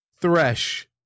Thresh